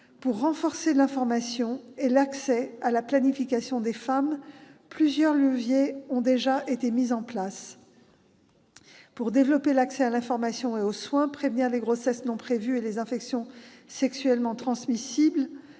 Pour renforcer l'information et l'accès à la planification des femmes, plusieurs leviers ont déjà été mis en place. Pour développer l'accès à l'information et aux soins, prévenir les grossesses non prévues et les infections sexuellement transmissibles,